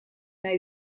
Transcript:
nahi